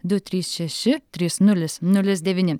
du trys šeši trys nulis nulis devyni